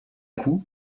coup